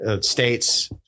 states